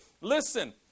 Listen